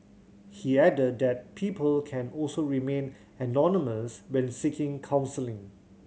he added that people can also remain anonymous when seeking counselling